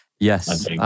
Yes